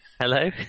Hello